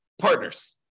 partners